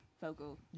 vocal